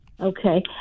Okay